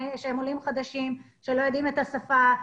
שהם עולים חדשים שלא יודעים את השפה,